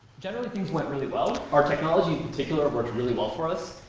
generally things went really well. our technology, particular, worked really well for us.